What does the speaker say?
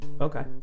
Okay